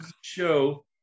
Show